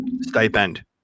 stipend